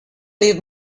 leave